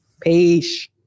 peace